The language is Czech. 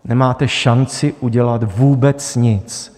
Nemáte šanci udělat vůbec nic.